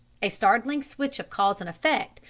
a startling switch of cause and effect,